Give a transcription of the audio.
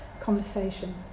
conversation